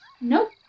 Nope